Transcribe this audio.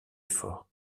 effort